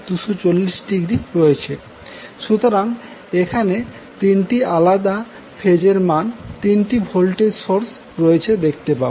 সুতরাং আমরা এখানে তিনটি আলাদা ফেজ মানের তিনটি ভোল্টেজ সোর্স রয়েছে দেখতে পাবো